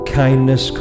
kindness